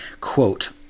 quote